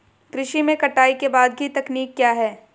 कृषि में कटाई के बाद की तकनीक क्या है?